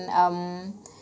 um